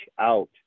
out